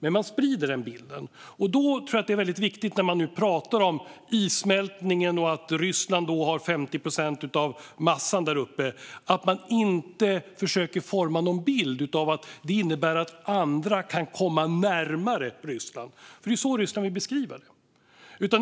Men Ryssland sprider denna bild. Då är det viktigt när man pratar om issmältning och att Ryssland har 50 procent av massan där uppe att man inte försöker forma en bild av att det innebär att andra kan komma närmare Ryssland. Det är så Ryssland vill beskriva det.